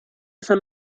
esa